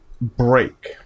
break